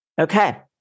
Okay